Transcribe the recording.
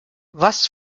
was